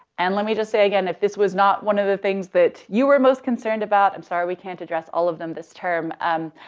and let me just say again, if this was not one of the things that you were most concerned about, i'm sorry, we can't address all of them this term. um,